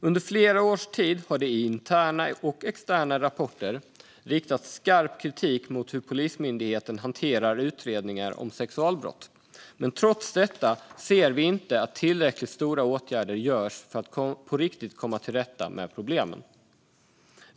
Under flera års tid har det i interna och externa rapporter riktats skarp kritik mot hur Polismyndigheten hanterar utredningar av sexualbrott, men trots det vidtas inte tillräckligt stora åtgärder för att på riktigt komma till rätta med problemen.